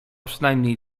przynajmniej